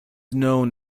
known